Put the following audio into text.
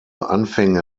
anfänge